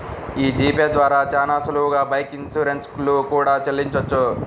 యీ G Pay ద్వారా చానా సులువుగా బైక్ ఇన్సూరెన్స్ లు కూడా చెల్లించొచ్చు